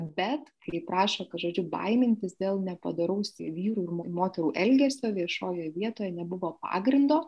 bet kaip prašo kad žodžiu baimintis dėl nepadoraus vyrų ir moterų elgesio viešojoj vietoj nebuvo pagrindo